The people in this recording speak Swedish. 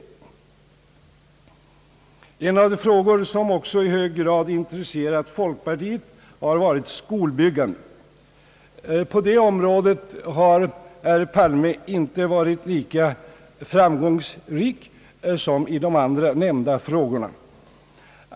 En av de frågor som i hög grad har intresserat folkpartiet är skolbyggandet. På det området har herr Palme inte varit lika framgångsrik som i de andra nämnda fallen.